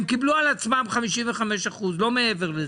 הם קיבלו על עצמם 55%, לא מעבר לזה.